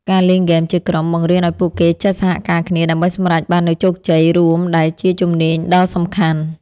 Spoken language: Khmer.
ការលេងហ្គេមជាក្រុមបង្រៀនឱ្យពួកគេចេះសហការគ្នាដើម្បីសម្រេចបាននូវជោគជ័យរួមដែលជាជំនាញដ៏សំខាន់។